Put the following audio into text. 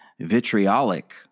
vitriolic